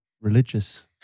religious